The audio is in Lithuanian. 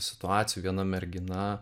situacijų viena mergina